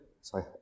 Sorry